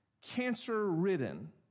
cancer-ridden